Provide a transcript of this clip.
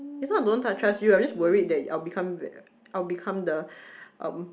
it's not don't trust you I'm just worried that I'll become I'll become the um